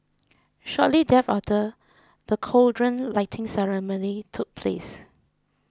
shortly thereafter the cauldron lighting ceremony took place